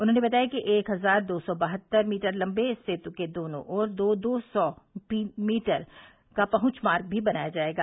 उन्होंने बताया कि एक हजार दो सौ बहत्तर मीटर लम्बे इस सेतु के दोनों ओर दो दो सौ मीटर का पहुंच मार्ग भी बनाया जायेगा